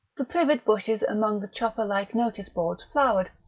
the privet bushes among the chopper-like notice-boards flowered,